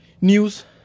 news